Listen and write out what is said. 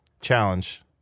Challenge